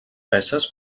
peces